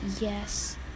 Yes